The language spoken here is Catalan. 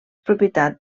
propietat